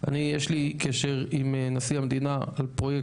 אני יש לי קשר עם נשיא המדינה על פרויקט